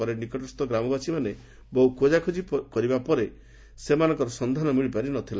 ପରେ ନିକଟସ୍ଥ ଗ୍ରାମବାସୀମାନେ ବହୁ ଖୋଜା ଖୋଜି କରିବା ପରେ ମଧ ସେମାନଙ୍କର ସନ୍ଧାନ ମିଳିପାରିନଥିଲା